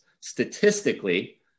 Statistically